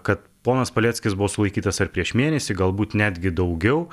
kad ponas paleckis buvo sulaikytas ar prieš mėnesį galbūt netgi daugiau